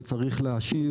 אבל בכל זאת אני צריך להשיב.